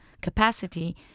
capacity